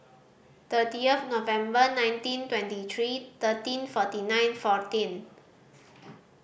thirty of November nineteen twenty three thirteen forty nine fourteen